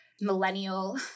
millennial